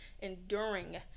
enduring